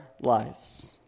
lives